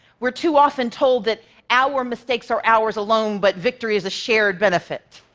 we're too often told that our mistakes are ours alone, but victory is a shared benefit.